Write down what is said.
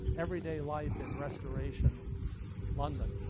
everyday life in restoration london.